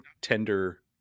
tender